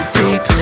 deep